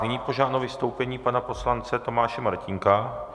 Nyní požádám o vystoupení pana poslance Tomáše Martínka.